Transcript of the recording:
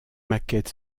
maquette